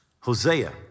Hosea